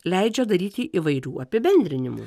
leidžia daryti įvairių apibendrinimų